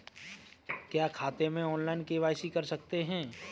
क्या खाते में ऑनलाइन के.वाई.सी कर सकते हैं?